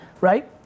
right